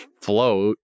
float